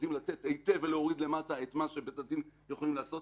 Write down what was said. יודעים לתת היטב ולהוריד למטה את מה שבית הדין יכול לעשות.